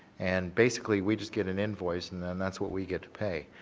and basically, we just get an invoice and then that's what we get to pay.